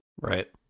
Right